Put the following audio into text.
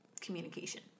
communication